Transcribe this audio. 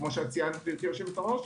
כפי שציינת, גברתי יושבת-הראש,